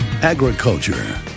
agriculture